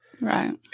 right